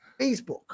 Facebook